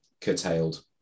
curtailed